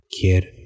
kid